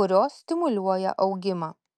kurios stimuliuoja augimą